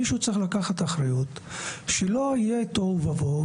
מישהו צריך אחריות שלא יהיה תוהו ובוהו,